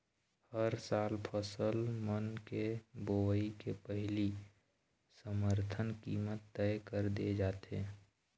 हर साल फसल मन के बोवई के पहिली समरथन कीमत तय कर दे जाथे